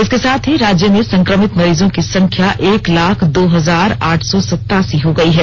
इसके साथ ही राज्य में संक्रमित मरीजों की संख्या एक लाख दो हजार आठ सौ सतासी हो गई है